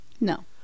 No